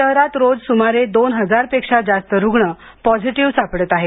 शहरात रोज सुमारे दोन हजार पेक्षा जास्त रुग्ण पॉझिटिव्ह सापडत आहेत